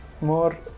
more